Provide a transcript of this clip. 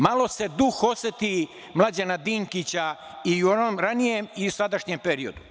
Malo se duh oseti Mlađana Dinkića i u onom ranijem i sadašnjem periodu.